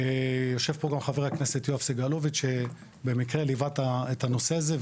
יושב פה גם חבר הכנסת יואב סגלוביץ' שבמקרה ליווה את הנושא הזה,